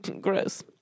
gross